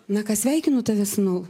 na ką sveikinu tave sūnau